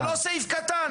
זה לא סעיף קטן.